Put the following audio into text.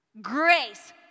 Grace